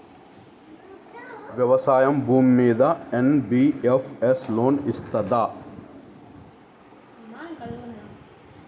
వ్యవసాయం భూమ్మీద NBFS loan ఇస్తదా?